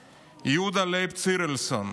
צירלסון, יהודה לייב צירלסון.